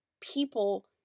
people